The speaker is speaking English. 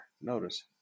Notice